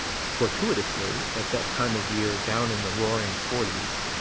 fortuitously, at that time of year, down in the roaring forties.